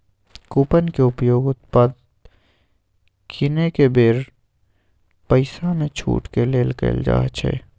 coupon के उपयोग उत्पाद किनेके बेर पइसामे छूट के लेल कएल जाइ छइ